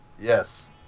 Yes